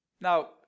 Now